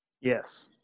Yes